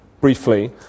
briefly